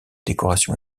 décoration